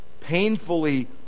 painfully